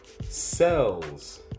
cells